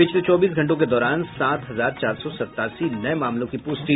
पिछले चौबीस घंटों के दौरान सात हजार चार सौ सतासी नये मामलों की पुष्टि